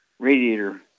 Radiator